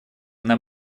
нам